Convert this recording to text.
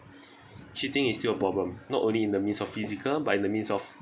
cheating is still a problem not only in the means of physical but in the means of